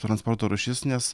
transporto rūšis nes